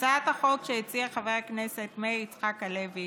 הצעת החוק שהציע חבר הכנסת מאיר יצחק הלוי